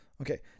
Okay